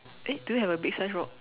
eh do you have a big sized rock